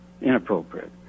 inappropriate